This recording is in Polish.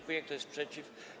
Kto jest przeciw?